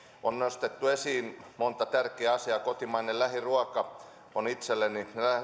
on nostettu esiin monta tärkeää asiaa kotimainen lähiruoka on itselläni